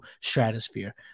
stratosphere